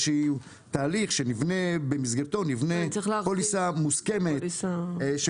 שהוא תהליך שבמסגרתו נבנה פוליסה מוסכמת,